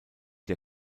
der